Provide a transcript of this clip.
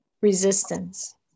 resistance